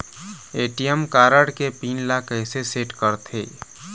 ATM card के PIN ला कैसे सेट करथे?